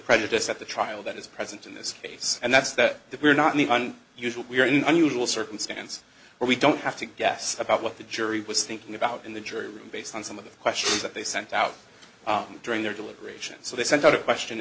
prejudice at the trial that is present in this case and that's that that we're not in the usual we're in an unusual circumstance where we don't have to guess about what the jury was thinking about in the jury room based on some of the questions that they sent out during their deliberations so they sent out a question